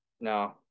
No